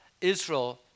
Israel